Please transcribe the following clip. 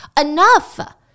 Enough